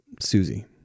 Susie